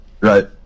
right